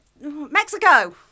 Mexico